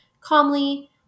calmly